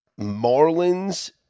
Marlins